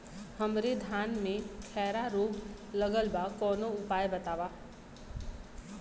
हमरे धान में खैरा रोग लगल बा कवनो उपाय बतावा?